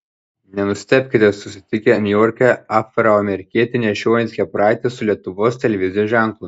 nenustebkite susitikę niujorke afroamerikietį nešiojantį kepuraitę su lietuvos televizijos ženklu